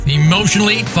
emotionally